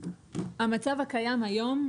המצב הקיים היום,